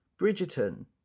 Bridgerton